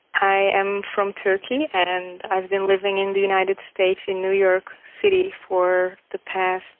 i am from turkey, and i've been living in the united states in new york city for the past